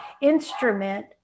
instrument